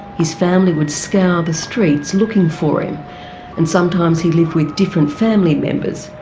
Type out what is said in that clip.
his family would scour the streets, looking for him and sometimes he'd live with different family members,